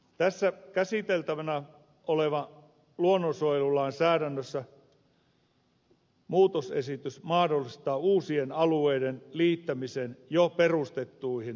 tässä käsiteltävänä olevassa luonnonsuojelulain säädännössä muutosesitys mahdollistaa uusien alueiden liittämisen jo perustettuihin luonnonsuojelualueisiin